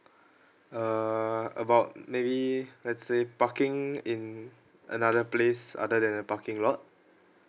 err about maybe let's say parking in another place other than a parking lot